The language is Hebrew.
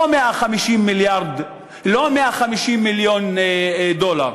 לא 150 מיליון דולר,